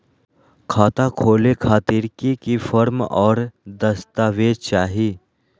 खाता खोले खातिर की की फॉर्म और दस्तावेज चाही?